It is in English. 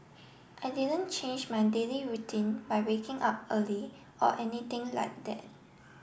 I didn't change my daily routine by waking up early or anything like that